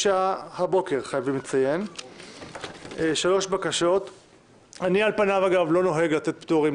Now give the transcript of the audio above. הארכת תקופות ודחיית מועדים בענייני הליכי מס (מ/1309) 3. הצעת חוק לייעול האכיפה והפיקוח העירוניים ברשויות מקומיות